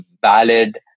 valid